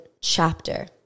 chapter